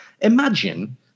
Imagine